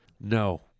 No